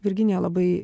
virginija labai